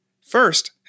First